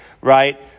right